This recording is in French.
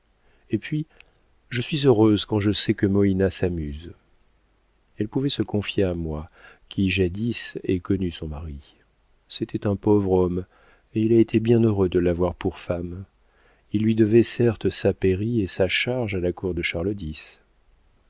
et puis je suis heureuse quand je sais que moïna s'amuse elle pouvait se confier à moi qui jadis ai connu son mari c'était un pauvre homme et il a été bien heureux de l'avoir pour femme il lui devait certes sa pairie et sa charge à la cour de